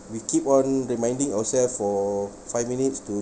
we keep on reminding ourselves for five minutes to